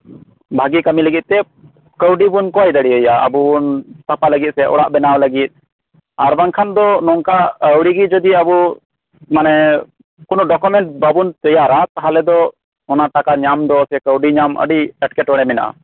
ᱵᱷᱟᱜᱤ ᱠᱟᱹᱢᱤ ᱞᱟᱹᱜᱤᱫ ᱛᱮ ᱠᱟᱹᱣᱰᱤ ᱵᱩᱱ ᱠᱚᱭ ᱫᱟᱲᱤᱭᱟᱭᱟ ᱟᱵᱩᱱ ᱥᱟᱯᱷᱟ ᱞᱟᱹᱜᱤᱫ ᱥᱮ ᱚᱲᱟᱜ ᱵᱮᱱᱟᱣ ᱞᱟᱹᱜᱤᱫ ᱟᱨ ᱵᱟᱝᱠᱷᱟ ᱫᱚ ᱱᱚᱝᱠᱟ ᱟᱹᱣᱲᱤ ᱜᱤ ᱡᱚᱫᱤ ᱟᱵᱩ ᱢᱟᱱᱮ ᱠᱚᱱᱚ ᱰᱚᱠᱚᱢᱮᱱᱴ ᱵᱟᱵᱩᱱ ᱛᱮᱭᱟᱨᱟ ᱛᱟᱦᱚᱞᱮ ᱫᱚ ᱚᱱᱟ ᱴᱟᱠᱟ ᱧᱟᱢᱫᱚ ᱥᱮ ᱠᱟᱹᱣᱰᱤ ᱧᱟᱢᱫᱚ ᱟᱹᱰᱤ ᱮᱴᱠᱮᱴᱚᱲᱮ ᱢᱮᱱᱟᱜᱼᱟ